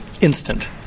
instant